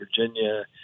Virginia